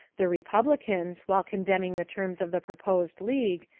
the republicans, while condemning the terms of the proposed league,